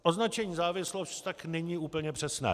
Označení závislost tak není úplně přesné.